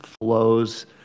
flows